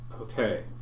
okay